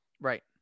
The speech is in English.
Right